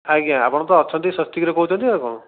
ଆଜ୍ଞା ଆପଣ ତ ଅଛନ୍ତି ସ୍ୱସ୍ତିକ୍ରେ ଆଉ କ'ଣ